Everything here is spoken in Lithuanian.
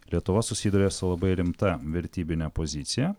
lietuva susiduria su labai rimta vertybine pozicija